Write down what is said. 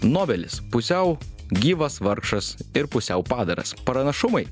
nobelis pusiau gyvas vargšas ir pusiau padaras pranašumai